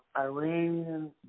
Iranian